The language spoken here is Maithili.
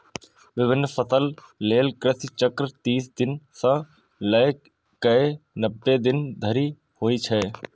विभिन्न फसल लेल कृषि चक्र तीस दिन सं लए कए नब्बे दिन धरि होइ छै